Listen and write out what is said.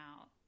out